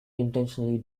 intentionally